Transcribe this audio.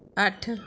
ਅੱਠ